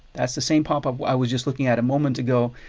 that's the same pop-up i was just looking at a moment ago.